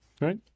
right